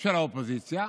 של האופוזיציה,